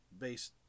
based